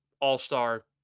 all-star